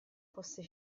fosse